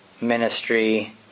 ministry